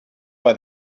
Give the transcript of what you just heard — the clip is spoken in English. why